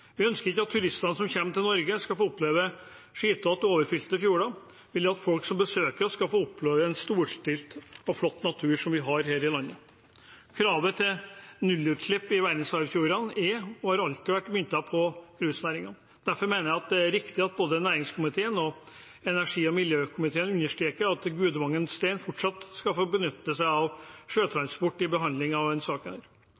Vi ønsker ikke at turistene som kommer til Norge, skal få oppleve skitne og overfylte fjorder. Vi vil at folk som besøker oss, skal få oppleve den storslåtte og flotte naturen som vi har her i landet. Kravet til nullutslipp i verdensarvfjordene er og har alltid vært myntet på cruisenæringen. Derfor mener jeg det er riktig at både næringskomiteen og energi- og miljøkomiteen i behandlingen av denne saken understreker at Gudvangen Stein fortsatt skal få benytte seg av